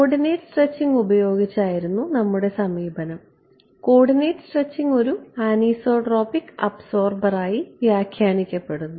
coordinate stretching ഉപയോഗിച്ചായിരുന്നു നമ്മുടെ സമീപനം കോർഡിനേറ്റ് സ്ട്രെച്ചിംഗ് ഒരു ആനിസോട്രോപിക് അബ്സോർബർ ആയി വ്യാഖ്യാനിക്കപ്പെടുന്നു